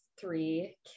three